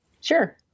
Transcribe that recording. Sure